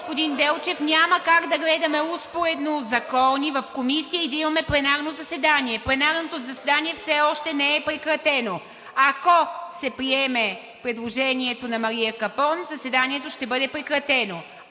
господин Делчев. Няма как да гледаме успоредно закони в комисия и да имаме пленарно заседание. Пленарното заседание все още не е прекратено. Ако се приеме предложението на Мария Капон, заседанието ще бъде прекратено.